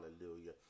hallelujah